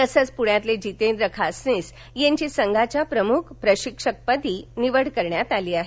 तसेच पुण्यातील जितेंद्र खासनीस यांची संघाच्या प्रमुख प्रशिक्षकपदी निवड करण्यात आली आहे